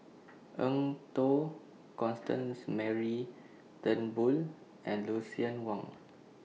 Eng Tow Constance Mary Turnbull and Lucien Wang